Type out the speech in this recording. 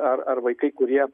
ar ar vaikai kurie